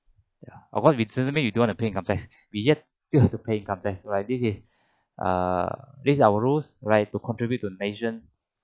ya of course we doesn't want to pay income tax we just still have to pay income tax like this is err raise our rules right to contribute to our nation